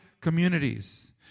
communities